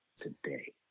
today